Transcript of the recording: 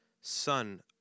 son